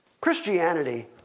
Christianity